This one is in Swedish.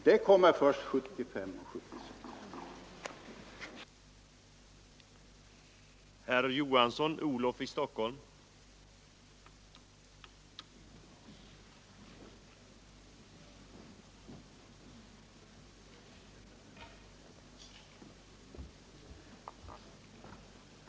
Det kommer först 1975 och 1976.